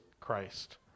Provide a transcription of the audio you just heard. Christ